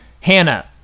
Hannah